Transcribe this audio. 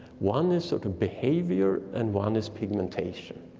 one is sort of behavior and one is pigmentation.